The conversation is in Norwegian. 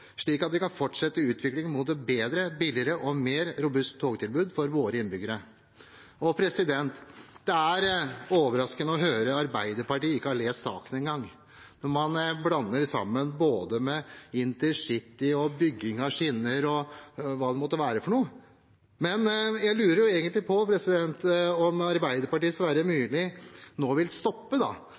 slik at vi kan fortsette utviklingen mot et bedre, billigere og mer robust togtilbud for våre innbyggere. Det er overraskende å høre at Arbeiderpartiet ikke en gang har lest saken – når man blander sammen både InterCity og bygging av skinner og hva det måtte være. Men jeg lurer egentlig på om Arbeiderpartiets Sverre Myrli nå vil stoppe